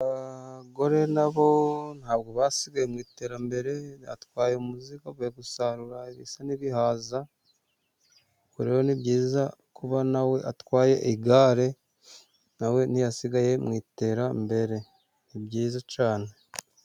Abagore nabo ntabwo basigaye mu iterambere ,atwaye umuzigo avuye gusarura ibisa n'ibihaza, ubwo rero ni byiza kuba nawe atwaye igare, nawe ntiyasigaye mu iterambere . Ni byiza cyane.